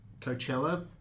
Coachella